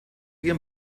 ihrem